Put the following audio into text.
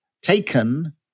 taken